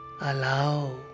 allow